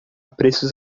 preços